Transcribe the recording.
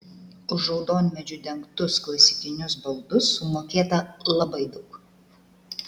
už raudonmedžiu dengtus klasikinius baldus sumokėta labai daug